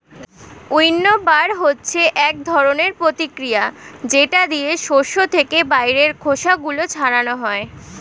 উইন্নবার হচ্ছে এক ধরনের প্রতিক্রিয়া যেটা দিয়ে শস্য থেকে বাইরের খোসা গুলো ছাড়ানো হয়